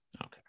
Okay